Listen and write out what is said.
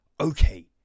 Okay